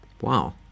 Wow